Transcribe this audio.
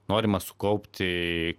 norima sukaupti